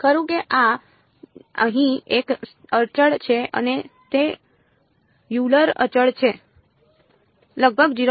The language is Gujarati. ખરું કે આ અહીં એક અચળ છે અને તે યુલર અચળ છે લગભગ 0